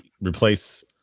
replace